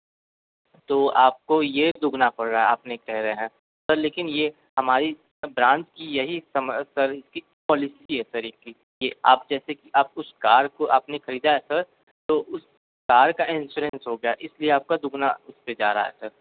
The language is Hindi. तो आपको ये दुगना पड़ रहा है आपने कह रहे हैं सर लेकिन ये हमारी ब्रांच की यही सम की पॉलिसी है सर ये कि ये आप जैसे कि आप उस कार को आपने खरीदा है सर तो उस कार का इंश्योरेंस हो गया इसलिए आपका दुगना उसपे जा रहा है सर